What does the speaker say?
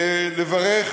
לברך